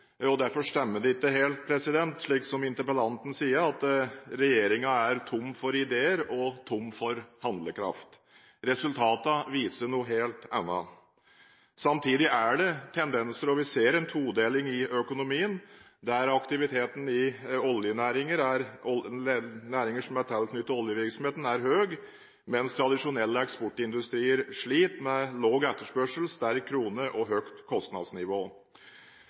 og derfor stemmer det ikke helt, slik interpellanten sier, at regjeringen er tom for ideer og tom for handlekraft. Resultatene viser noe helt annet. Samtidig er det noen tendenser: Vi ser en todeling i økonomien, der aktiviteten i næringer som er tilknyttet oljevirksomheten, er høy, mens tradisjonelle eksportindustrier sliter med lav etterspørsel, sterk krone og høyt kostnadsnivå.